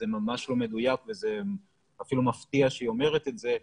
זה ממש לא מדויק וזה אפילו מפתיע שהיא אומרת את זה,